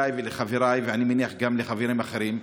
פנו אליי ולחבריי ואני מניח גם לחברים אחרים,